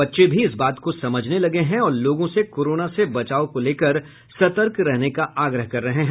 बच्चे भी इस बात को समझने लगे हैं और लोगों से कोरोना से बचाव को लेकर सतर्क रहने का आग्रह कर रहे हैं